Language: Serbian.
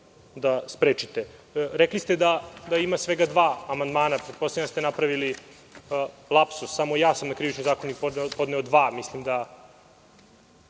da sprečite. Rekli ste da ima svega dva amandmana, pretpostavljam da ste napravili lapsus. Samo ja sam na Krivični zakonik podneo dva, mislim da